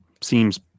seems